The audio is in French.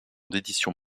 d’édition